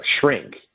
shrink